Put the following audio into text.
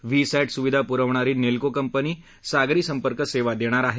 VSAT स्विधा प्रवणारी Nelco company सागरी संपर्क सेवा देणार आहे